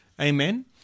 Amen